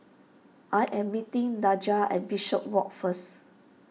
I am meeting Daja at Bishopswalk first